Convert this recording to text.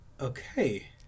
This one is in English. Okay